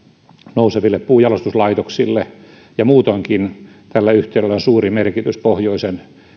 nouseville puunjalostuslaitoksille muutoinkin tällä yhteydellä on suuri merkitys pohjoisen